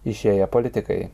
išėję politikai